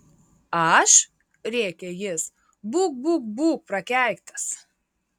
aš rėkė jis būk būk būk prakeiktas